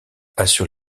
assure